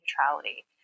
neutrality